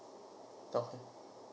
okay